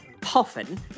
puffin